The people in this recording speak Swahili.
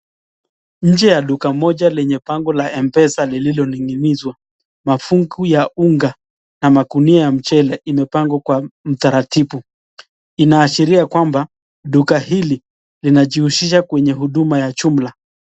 Nje ya duka moja lenye bango la Mpesa lililo ning'inizwa mafungu ya unga na magunia ya mchele imepangwa kwa utaratibu inaashiria kwamba duka hili linajihusisha kwenye huduma ya jumla.